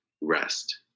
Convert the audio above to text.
rest